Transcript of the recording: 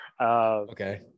Okay